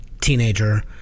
teenager